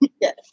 Yes